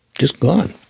just gone